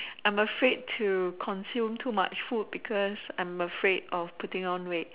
I'm afraid to consume too much food because I'm afraid of putting on weight